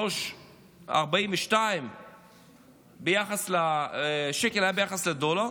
3.42 ביחס לדולר,